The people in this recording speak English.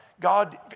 God